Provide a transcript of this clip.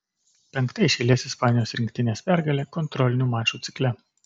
penkta iš eilės ispanijos rinktinės pergalė kontrolinių mačų cikle